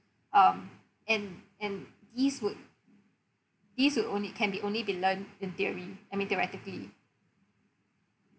um and and these would these would only can be only be learnt in theory I mean theoretically